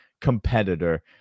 competitor